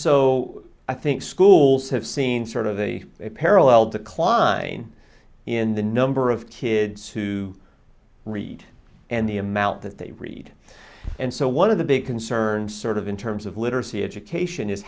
so i think schools have seen sort of a parallel decline in the number of kids to read and the amount that they read and so one of the big concerns sort of in terms of literacy education is